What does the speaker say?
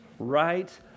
right